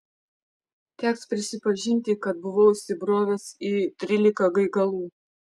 teks prisipažinti kad buvau įsibrovęs į trylika gaigalų